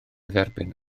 dderbyn